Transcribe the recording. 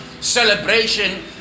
celebration